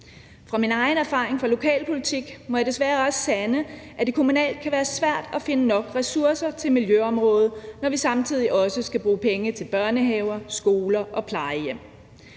Fra min egen erfaring fra lokalpolitik må jeg desværre også sande, at det kommunalt kan være svært at finde nok ressourcer til miljøområdet, når vi samtidig også skal bruge penge til børnehaver, skoler og plejehjem.